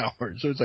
hours